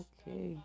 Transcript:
Okay